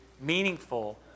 meaningful